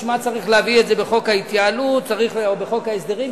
בשביל מה צריך להביא את זה בחוק ההתייעלות או בחוק ההסדרים,